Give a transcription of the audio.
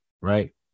Right